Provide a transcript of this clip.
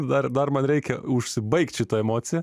dar dar man reikia užsibaigt šitą emociją